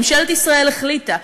ממשלת ישראל החליטה,